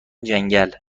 جنگل